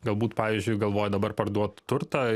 galbūt pavyzdžiui galvoja dabar parduot turtą